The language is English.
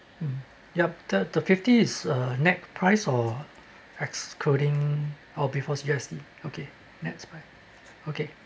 mm yup the the fifty is uh nett price or excluding oh before G_S_T okay nett price okay